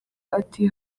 ati